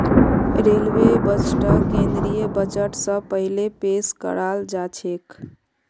railway बजटक केंद्रीय budget स पहिले पेश कराल जाछेक